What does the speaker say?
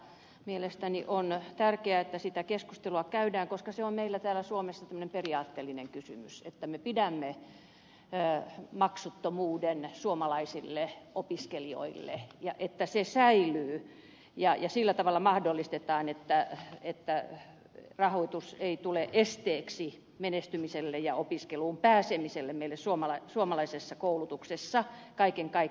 mielestäni on tärkeää että keskustelua yliopistojen maksuista käydään koska se on meillä täällä suomessa tämmöinen periaatteellinen kysymys että me pidämme maksuttomuuden suomalaisille opiskelijoille ja että se säilyy ja sillä tavalla mahdollistetaan että rahoitus ei tule esteeksi menestymiselle ja opiskeluun pääsemiselle meille suomalaisessa koulutuksessa kaiken kaikkiaan